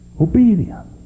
obedience